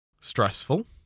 Stressful